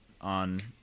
on